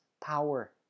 power